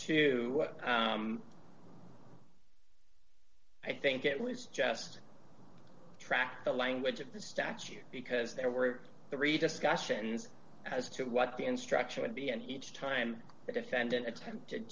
to i think it was just tracked the language of the statute because there were three discussions as to what the instruction would be and each time the defendant attempted